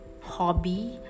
hobby